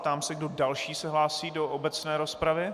Ptám se, kdo další se hlásí do obecné rozpravy.